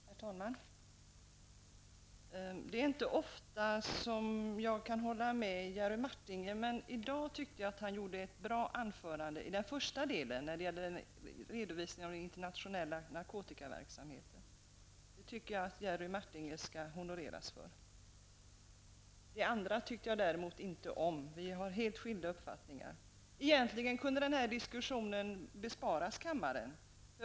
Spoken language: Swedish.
Herr talman! Det är inte ofta som jag kan hålla med Jerry Martinger. Men i dag tyckte jag att hans anförande var bra i den första delen, dvs. redovisningen av den internationella narkotikaverksamheten. Det tycker jag att Jerry Martinger skall honoreras för. Den andra delen tyckte jag däremot inte om. Vi har helt skilda uppfattningar. Egentligen kan denna diskussion besparas kammaren.